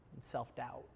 self-doubt